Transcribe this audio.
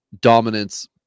dominance